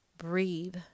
Breathe